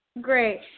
great